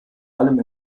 allem